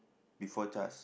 before C_H_A_S